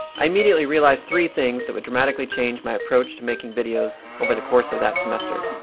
i immediately realized three things that would dramatically change my approach to making videos over the course of that semester.